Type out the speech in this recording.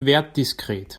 wertdiskret